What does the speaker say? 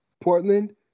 Portland